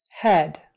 Head